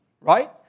right